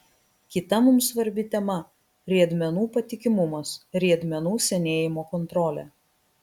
kita mums svarbi tema riedmenų patikimumas riedmenų senėjimo kontrolė